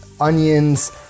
onions